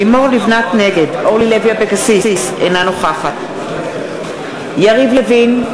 נגד אורלי לוי אבקסיס, אינה נוכחת יריב לוין,